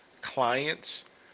clients